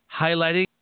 highlighting